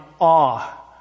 awe